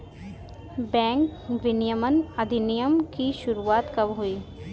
Bank विनियमन अधिनियम की शुरुआत कब हुई?